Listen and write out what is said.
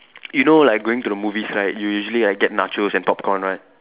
you know like going to the movies right you usually like get nachos and popcorn right